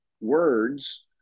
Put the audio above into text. words